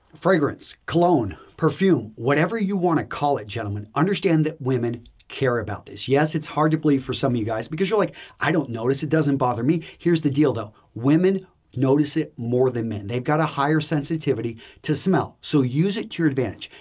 fragrance, cologne, perfume. whatever you want to call it, gentlemen, understand that women care about this. yes, it's hard to believe for some of you guys because you're like i don't notice, it doesn't bother me. here's the deal though, women notice it more than men. they've got a higher sensitivity to smell, so use it to your advantage.